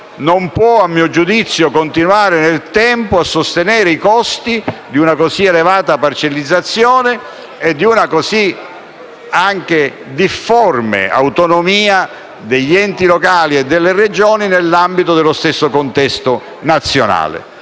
non può, a mio giudizio, continuare nel tempo a sostenere i costi di una così elevata parcellizzazione e di una così difforme autonomia degli enti locali e delle Regioni nell'ambito dello stesso contesto nazionale.